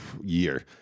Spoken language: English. year